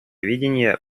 видение